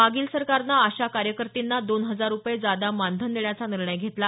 मागील सरकारने आशा कार्यकर्तींना दोन हजार रुपये जादा मानधन देण्याचा निर्णय घेतला